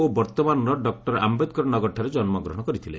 ଓ ବର୍ତ୍ତମାନର ଡକ୍ଟର ଆୟେଦକର ନଗରଠାରେ ଜନ୍ମଗ୍ରହଣ କରିଥିଲେ